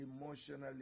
emotionally